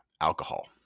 Alcohol